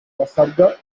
basabwa